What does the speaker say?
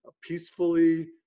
peacefully